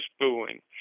booing